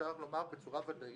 אפשר לומר, בצורה ודאית,